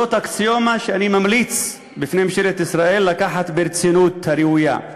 זאת אקסיומה שאני ממליץ בפני ממשלת ישראל לקחת ברצינות הראויה.